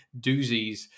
doozies